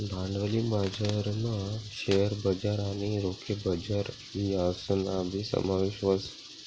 भांडवली बजारमा शेअर बजार आणि रोखे बजार यासनाबी समावेश व्हस